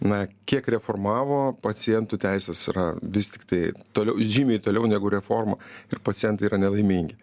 na kiek reformavo pacientų teisės yra vis tiktai toliau žymiai toliau negu reforma ir pacientai yra nelaimingi